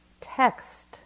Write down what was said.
text